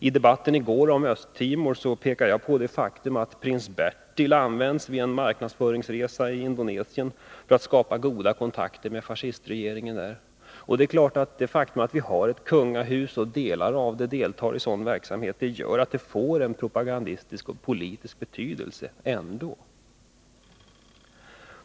I debatten i går om Östtimor pekade jag på det faktum att prins Bertil användes vid en marknadsföringsresa till Indonesien för att skapa goda kontakter med fascistregeringen där. Det faktum att vi har ett kungahus och att medlemmar av detta deltar i sådan verksamhet gör att det får en propagandistisk och politisk betydelse.